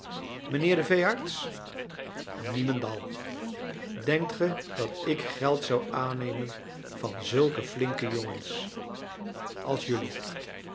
mijnheer de veearts niemendal denkt ge dat ik geld zou aannemen van zulke flinke jongens als jelui